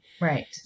Right